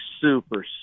super